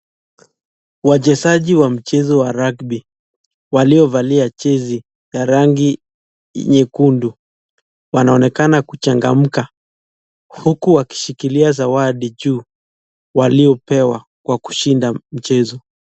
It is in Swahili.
Wachezaji wa mchezo wa rugby waliovalia jezi ya rangi nyekundu, wanaonekana kuchangamka huku wakishikilia zawadi juu waliopewa kwa kushinda mchezo.